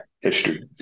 history